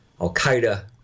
Al-Qaeda